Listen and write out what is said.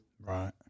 Right